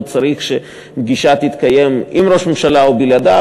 צריך שפגישה תתקיים עם ראש ממשלה או בלעדיו.